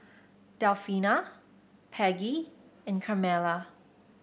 Delfina Peggie and Carmela